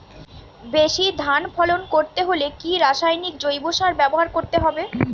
বেশি ধান ফলন করতে হলে কি রাসায়নিক জৈব সার ব্যবহার করতে হবে?